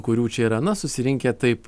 kurių čia yra na susirinkę taip